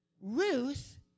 Ruth